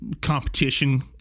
competition